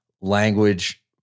language